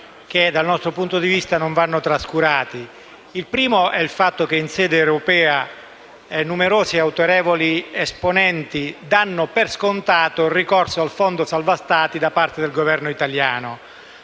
In primo luogo, in sede europea numerosi e autorevoli esponenti danno per scontato il ricorso al cosiddetto fondo salva Stati da parte del Governo italiano